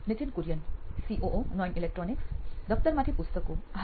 Nithin Kurian COO નોઇન electronics દફતરમાંથી પુસ્તકો હા